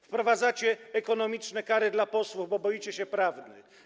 Wprowadzacie ekonomiczne kary dla posłów, bo boicie się prawdy.